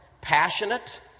Passionate